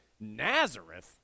Nazareth